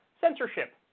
censorship